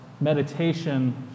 meditation